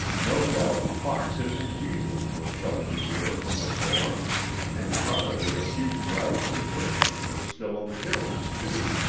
no doubt foxes and weasels were sheltering there from the storm and probably a few grouse and turkeys were still on the hills, too.